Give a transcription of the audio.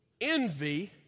Envy